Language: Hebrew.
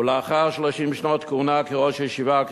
ולאחר 30 שנות כהונה כראש ישיבה,